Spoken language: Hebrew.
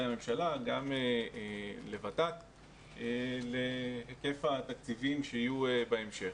הממשלה להיקף התקציבים שיהיו בהמשך.